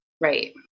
Right